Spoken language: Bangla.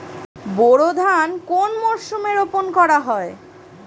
বোরো ধান কোন মরশুমে রোপণ করা হয়?